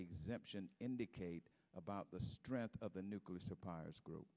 exemption indicate about the strength of the nuclear suppliers group